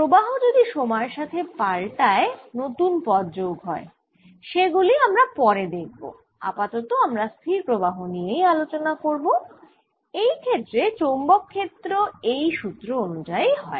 প্রবাহ যদি সময়ের সাথে পাল্টায় নতুন পদ যোগ হয় সে গুলি আমরা পরে দেখব আপাতত আমরা স্থির প্রবাহ নিয়েই আলোচনা করব এই ক্ষেত্রে চৌম্বক ক্ষেত্র এই সুত্র অনুযায়ী হয়